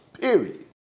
Period